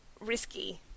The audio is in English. risky